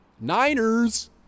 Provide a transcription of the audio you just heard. Niners